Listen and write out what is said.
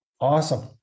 Awesome